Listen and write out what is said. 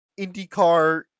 IndyCar